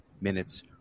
minutes